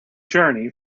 journey